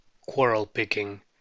quarrel-picking